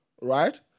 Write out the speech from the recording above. right